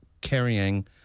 carrying